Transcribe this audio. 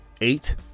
eight